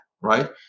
right